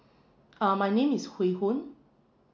uh my name is hui hun